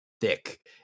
thick